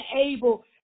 able